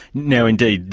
now, indeed,